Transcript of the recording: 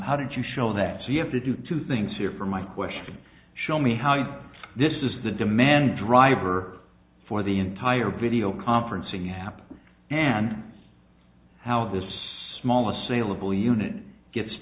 how did you show that so you have to do two things here for my question show me how you do this is the demand driver for the entire video conferencing app and how the smallest saleable unit gets